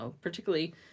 particularly